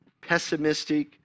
pessimistic